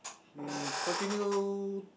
we continue